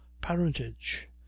parentage